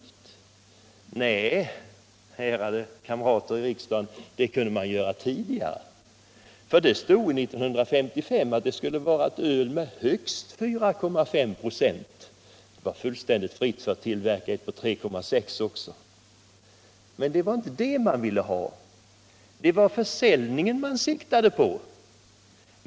Nej, ärade kamrater i riksdagen, det kunde man göra tidigare, för det stod i författningen från 1955 att det skulle vara ett öl på högst 4,5 viktprocent. Det var fullständigt fritt att tillverka ett öl på 3,6 viktprocent också. Men det var inte det man ville ha. Det var försäljningen man siktade på.